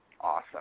Awesome